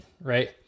right